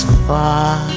far